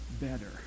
Better